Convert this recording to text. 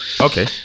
Okay